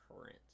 current